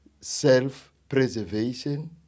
self-preservation